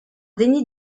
déni